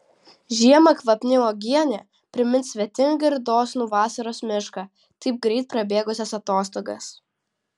žiemą kvapni uogienė primins svetingą ir dosnų vasaros mišką taip greit prabėgusias atostogas